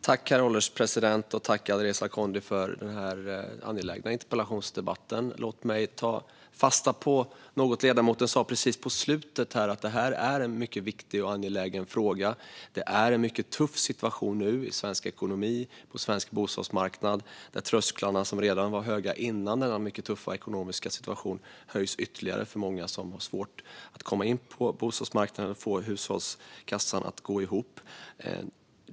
Herr ålderspresident! Tack, Alireza Akhondi, för denna angelägna interpellationsdebatt! Låt mig ta fasta på något som ledamoten sa precis på slutet, nämligen att detta är en mycket viktig och angelägen fråga. Det råder en mycket tuff situation i svensk ekonomi och på svensk bostadsmarknad. Trösklarna, som var höga redan före denna mycket tuffa ekonomiska situation, höjs ytterligare för många som har svårt att komma in på bostadsmarknaden och att få hushållskassan att gå ihop.